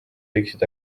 võiksid